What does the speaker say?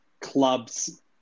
clubs